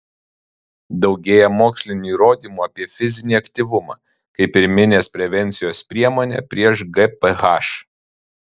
daugėja mokslinių įrodymų apie fizinį aktyvumą kaip pirminės prevencijos priemonę prieš gph